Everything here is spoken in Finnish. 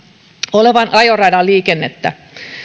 olevan ajoradan liikennettä